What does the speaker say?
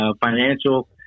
financial